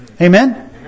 Amen